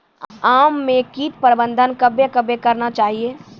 आम मे कीट प्रबंधन कबे कबे करना चाहिए?